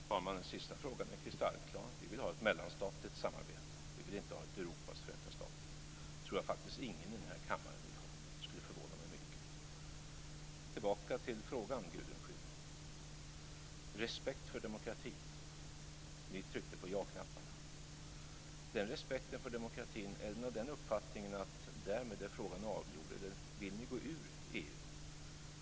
Fru talman! Svaret på den senaste frågan är kristallklart. Vi vill ha ett mellanstatligt samarbete. Vi vill inte ha ett Europas förenta stater. Det tror jag faktiskt ingen i den här kammaren vill ha. Det skulle förvåna mig mycket. Tillbaka till frågan, Gudrun Schyman. Respekt för demokratin, ni tryckte på ja-knapparna. Den respekten för demokratin, innebär den att ni har uppfattningen att frågan därmed är avgjord eller vill ni gå ur EU?